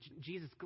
Jesus